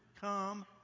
Come